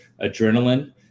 adrenaline